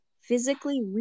physically